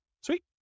Sweet